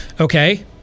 okay